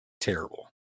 terrible